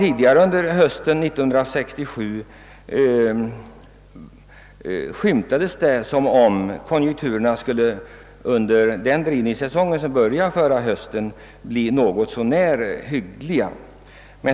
Tidigare under hösten 1967 verkade det som om konjunkturerna under drivningssäsongen skulle bli något så när hyggliga.